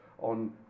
on